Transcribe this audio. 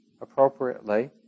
appropriately